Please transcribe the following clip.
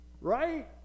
right